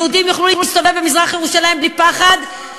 יהודים יוכלו להסתובב במזרח-ירושלים בלי פחד,